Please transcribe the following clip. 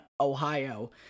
Ohio